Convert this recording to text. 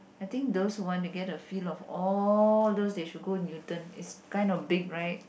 I think those who want to get a feel of all those they should go Newton it's kind of big right